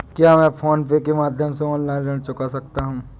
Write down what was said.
क्या मैं फोन पे के माध्यम से ऑनलाइन ऋण चुका सकता हूँ?